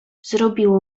zrobiło